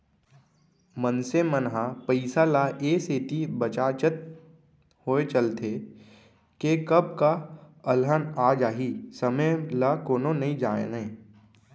मनसे मन ह पइसा ल ए सेती बचाचत होय चलथे के कब का अलहन आ जाही समे ल कोनो नइ जानयँ